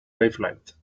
wavelength